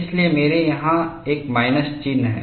इसलिए मेरा यहां एक माइनस चिह्न है